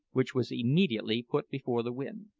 which was immediately put before the wind.